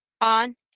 on